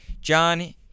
John